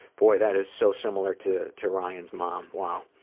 boy, that is so similar to, to ryan's mom. wow.